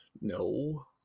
No